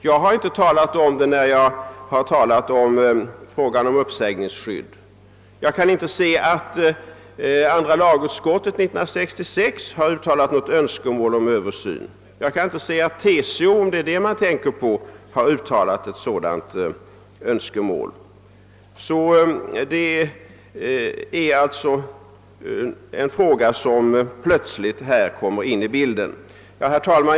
Jag har inte talat om det, jag har bara berört frågan om uppsägningsskydd. Jag kan inte se att andra lagutskottet 1966 har uttryckt något önske mål om en översyn. Jag kan inte heller se att TCO — om det är den organisationen man tänker på — har uttalat ett sådant önskemål. Det är alltså en fråga som här plötsligt kommer in i bilden. Herr talman!